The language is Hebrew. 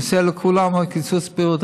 הוא עושה לכולם קיצוץ מהבריאות,